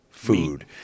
Food